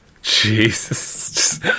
Jesus